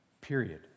Period